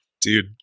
Dude